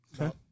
Okay